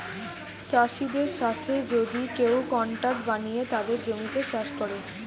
চাষিদের সাথে যদি কেউ কন্ট্রাক্ট বানিয়ে তাদের জমিতে চাষ করে